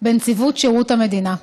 בנציבות שירות המדינה.